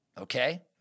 Okay